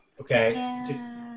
Okay